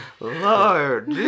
Lord